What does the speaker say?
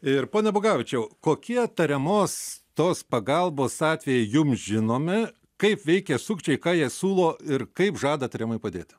ir pone bugavičiau kokie tariamos tos pagalbos atvejai jum žinomi kaip veikia sukčiai ką jie siūlo ir kaip žada tariamai padėti